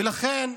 ולכן,